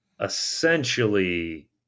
essentially